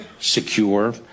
secure